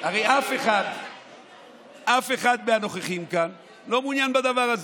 הרי אף אחד מהנוכחים כאן לא מעוניין בדבר הזה.